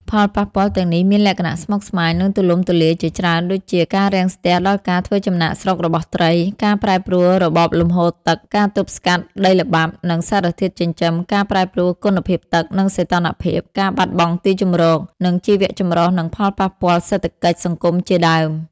ផលប៉ះពាល់ទាំងនេះមានលក្ខណៈស្មុគស្មាញ និងទូលំទូលាយជាច្រើនដូចជា ការរាំងស្ទះដល់ការធ្វើចំណាកស្រុករបស់ត្រី ការប្រែប្រួលរបបលំហូរទឹក ការទប់ស្កាត់ដីល្បាប់ និងសារធាតុចិញ្ចឹម ការប្រែប្រួលគុណភាពទឹក និងសីតុណ្ហភាព ការបាត់បង់ទីជម្រក និងជីវៈចម្រុះ និងផលប៉ះពាល់សេដ្ឋកិច្ចសង្គមជាដើម។